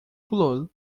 pulou